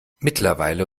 mittlerweile